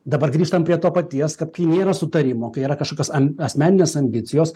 dabar grįžtam prie to paties kad kai nėra sutarimo kai yra kažkas ant asmeninės ambicijos